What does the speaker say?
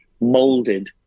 molded